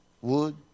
wood